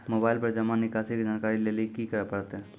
Mobile पर जमा निकासी के जानकरी लेली की करे परतै?